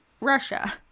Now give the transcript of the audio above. Russia